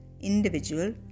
individual